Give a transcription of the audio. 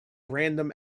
random